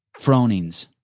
Fronings